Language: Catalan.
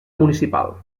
municipal